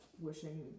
wishing